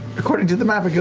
according to the map,